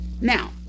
now